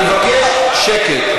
אני מבקש שקט.